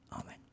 Amen